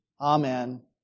Amen